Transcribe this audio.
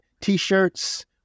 T-shirts